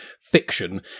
fiction